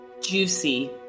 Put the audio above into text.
Juicy